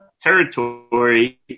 territory